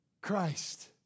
Christ